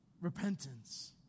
repentance